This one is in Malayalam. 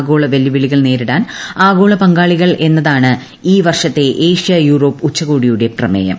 ആഗോള വെല്ലുവിളികൾ നേരിടാൻ ആഗോള പങ്കാളികൾ എന്നതാണ് ഇൌ വർഷത്തെ ഏഷ്യ യൂറോപ്പ് ഉച്ചകോടിയുടെ പ്രമേയം